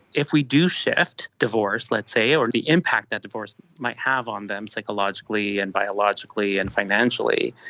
if we do shift divorce let's say, or the impact that divorce might have on them psychologically and biologically and financially,